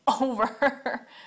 over